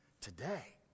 today